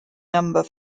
number